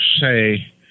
say